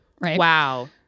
Wow